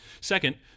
Second